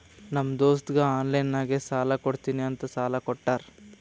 ನಮ್ ದೋಸ್ತಗ ಆನ್ಲೈನ್ ನಾಗೆ ಸಾಲಾ ಕೊಡ್ತೀನಿ ಅಂತ ಸಾಲಾ ಕೋಟ್ಟಾರ್